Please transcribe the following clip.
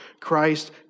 Christ